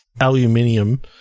aluminium